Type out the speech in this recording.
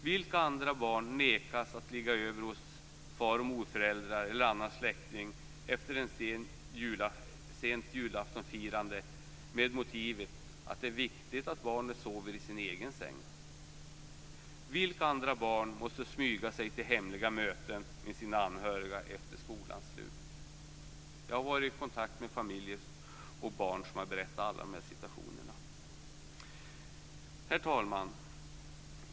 Vilka andra barn nekas att ligga över hos far och morföräldrar eller andra släktingar efter ett sent julaftonsfirande med motivet att det är viktigt att barnet sover i sin egen säng? Vilka andra barn måste smyga sig till hemliga möten med sina anhöriga efter skolans slut? Jag har varit i kontakt med familjer och barn som har berättat om alla de här situationerna. Herr talman!